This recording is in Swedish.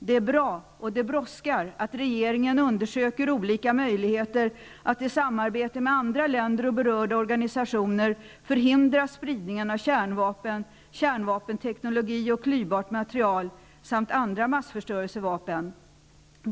Det är bra, och det brådskar, att regeringen undersöker olika möjligheter att i samarbete med andra länder och berörda organisationer förhindra spridningen av kärnvapen, kärnvapenteknologi och klyvbart material samt andra massförstörelsevapen.